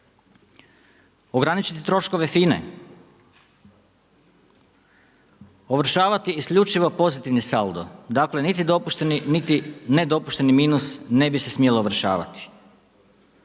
Ograničiti troškove FINA-e, ovršavati isključivo pozitivni saldo, dakle niti dopušteni niti nedopušteni minus ne bi se smjelo ovršavati.